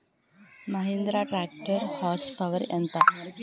Mahindra tractor horse power ఎంత?